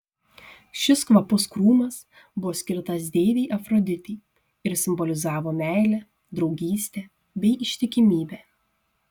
šis kvapus krūmas buvo skirtas deivei afroditei ir simbolizavo meilę draugystę bei ištikimybę